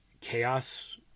Chaos